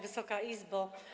Wysoka Izbo!